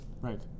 Right